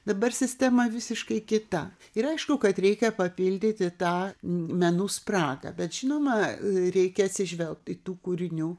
dabar sistema visiškai kita ir aišku kad reikia papildyti tą menų spragą bet žinoma reikia atsižvelgt į tų kūrinių